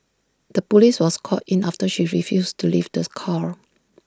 the Police was called in after she refused to leave this car